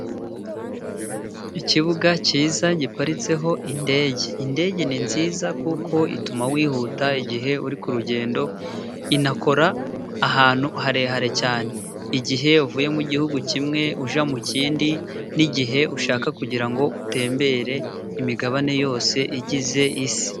Ikibuga kiza giparitseho indege. Indege ni nziza kuko ituma wihuta igihe uri ku rugendo, inakora ahantu harehare cyane, igihe uvuye mu gihugu kimwe ujya mu kindi n'igihe ushaka kugira ngo utembere imigabane yose igize isi.